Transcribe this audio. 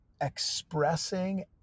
expressing